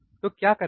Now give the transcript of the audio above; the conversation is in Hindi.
तो क्या करना है